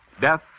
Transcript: Death